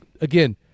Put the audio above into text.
again